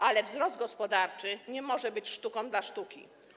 Ale wzrost gospodarczy nie może być sztuką dla sztuki.